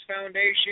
Foundation